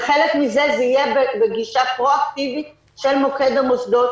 וחלק מזה זה יהיה בגישה פרואקטיבית של מוקד המוסדות,